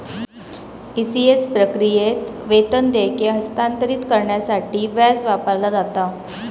ECS प्रक्रियेत, वेतन देयके हस्तांतरित करण्यासाठी व्याज वापरला जाता